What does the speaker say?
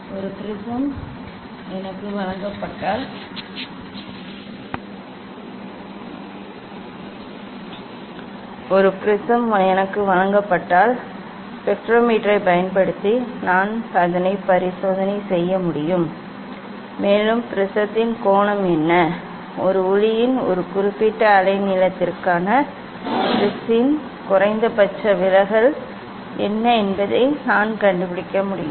ஒரு ப்ரிஸம் எனக்கு வழங்கப்பட்டால் ஸ்பெக்ட்ரோமீட்டரைப் பயன்படுத்தி நான் பரிசோதனை செய்ய முடியும் மேலும் ப்ரிஸத்தின் கோணம் என்ன ஒரு ஒளியின் ஒரு குறிப்பிட்ட அலைநீளத்திற்கான ப்ரிஸின் குறைந்தபட்ச விலகல் என்ன என்பதை நான் கண்டுபிடிக்க முடியும்